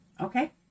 Okay